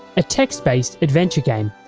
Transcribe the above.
a text-based adventure game.